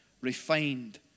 refined